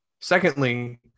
Secondly